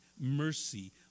mercy